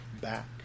back